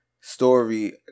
story